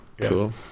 cool